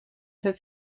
her